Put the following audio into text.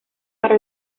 para